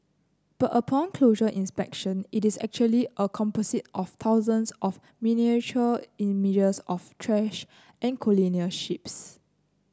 but upon closer inspection it is actually a composite of thousands of miniature images of trash and colonial ships